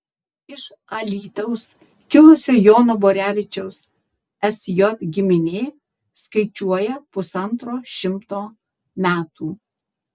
iš alytaus kilusio jono borevičiaus sj giminė skaičiuoja pusantro šimto metų